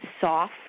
soft